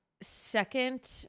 second